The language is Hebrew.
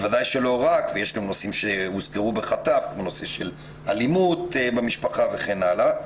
יש גם נושאים שהוזכרו בחטף כמו נושא אלימות במשפחה וכן הלאה.